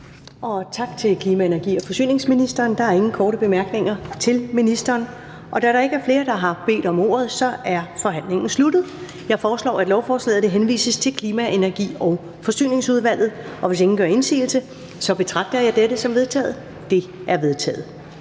Tak til klima-, energi- og forsyningsministeren. Der er ingen korte bemærkninger til ministeren. Da der ikke er flere, der har bedt om ordet, er forhandlingen sluttet. Jeg foreslår, at lovforslaget henvises til Klima-, Energi- og Forsyningsudvalget. Hvis ingen gør indsigelse, betragter jeg dette som vedtaget. Det er vedtaget.